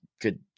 good